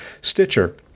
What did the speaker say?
Stitcher